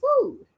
food